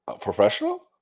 Professional